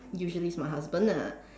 usually it's my husband ah